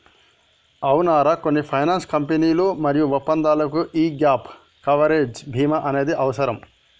అవునరా కొన్ని ఫైనాన్స్ కంపెనీలు మరియు ఒప్పందాలకు యీ గాప్ కవరేజ్ భీమా అనేది అవసరం